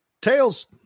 Tails